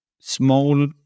small